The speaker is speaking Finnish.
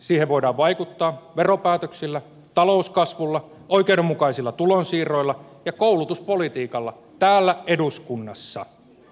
siihen voidaan vaikuttaa veropäätöksillä talouskasvulla oikeudenmukaisilla tulonsiirroilla ja koulutuspolitiikalla täällä eduskunnassa